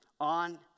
on